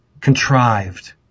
contrived